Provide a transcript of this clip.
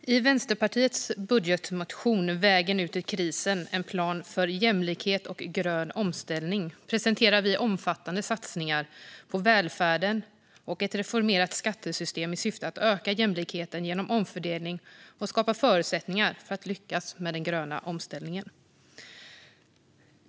I Vänsterpartiets budgetmotion, Vägen ut ur krisen - en plan för jämlikhet och grön omställning , presenterar vi omfattande satsningar på välfärden och ett reformerat skattesystem i syfte att öka jämlikheten genom omfördelning och skapa förutsättningar för att lyckas med den gröna omställningen.